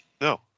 No